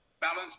Balance